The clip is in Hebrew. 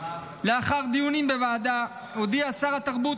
לאחר דיונים בוועדה, הודיע שר התרבות